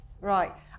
Right